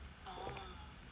oh